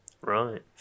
Right